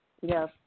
Yes